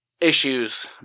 issues